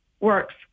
works